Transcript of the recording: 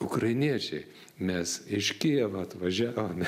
ukrainiečiai mes iš kijevo atvažiavome